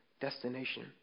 destination